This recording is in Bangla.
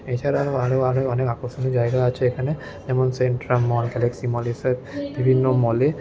এছাড়া আরও আরও আরও অনেক আকর্ষণীয় জায়গা আছে এখানে যেমন সেন্ট্রাম মল গ্যালাক্সি মল এসব বিভিন্ন মলে